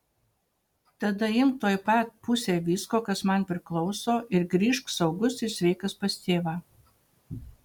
tada imk tuoj pat pusę visko kas man priklauso ir grįžk saugus ir sveikas pas tėvą